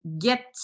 get